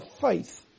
faith